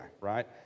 right